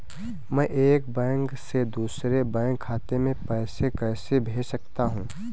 मैं एक बैंक से दूसरे बैंक खाते में पैसे कैसे भेज सकता हूँ?